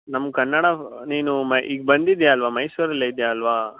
ನಮ್ಮ ಕನ್ನಡ ನೀನು ಮ ಈಗ ಬಂದಿದಿಯಾ ಅಲ್ಲವಾ ಮೈಸೂರಲ್ಲೇ ಇದಿಯಾ ಅಲ್ಲವಾ